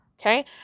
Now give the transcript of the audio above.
Okay